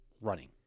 running